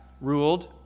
ruled